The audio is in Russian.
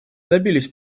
добились